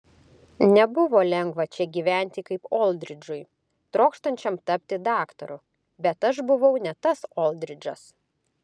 nebuvo lengva čia gyventi kaip oldridžui trokštančiam tapti daktaru bet aš buvau ne tas oldridžas